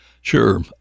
sure